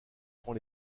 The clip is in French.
rend